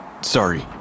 Sorry